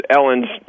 Ellen's